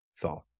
thought